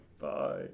Bye